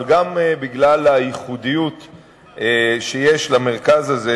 אבל גם בגלל הייחודיות של המרכז הזה,